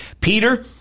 Peter